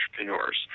entrepreneurs